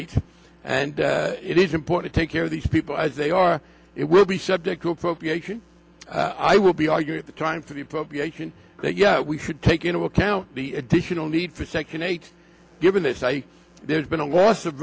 eight and it is important take care of these people as they are it will be subject to appropriation i will be arguing at the time for the appropriation that yeah we should take into account the additional need for second eight given that i there's been a loss of